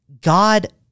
God